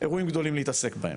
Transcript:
אירועים גדולים להתעסק בהם,